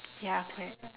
ya correct